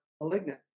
malignant